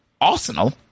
Arsenal